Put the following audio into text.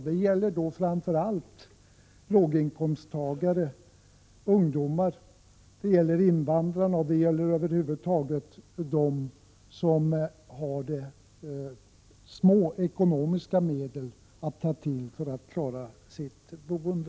Det gäller framför allt låginkomsttagare, ungdomar, invandrare och över huvud taget dem som har små ekonomiska medel för att klara sitt boende.